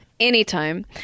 Anytime